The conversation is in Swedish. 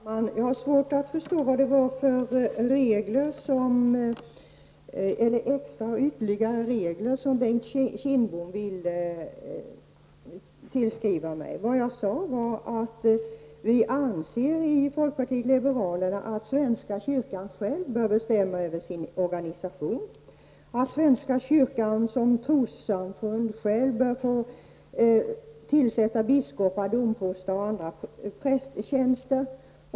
Herr talman! Jag har svårt att förstå vad det var för extra regler som Bengt Kindbom ville tillskriva mig. Det jag sade var att vi i folkpartiet liberalerna anser att svenska kyrkan själv bör bestämma över sin organisation, att svenska kyrkan som trossamfund själv bör få tillsätta biskopar, domproster och andra prästtjänster.